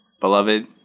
beloved